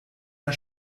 der